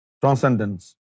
transcendence